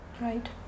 right